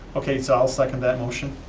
okay, so i'll second that motion.